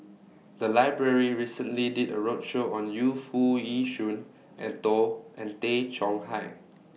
The Library recently did A roadshow on Yu Foo Yee Shoon and to and Tay Chong Hai